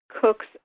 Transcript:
cooks